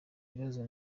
ibibazo